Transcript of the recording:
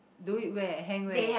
do it where hang where